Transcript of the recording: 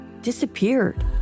disappeared